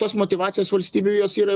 tos motyvacijos valstybių jos yra